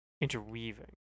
Interweaving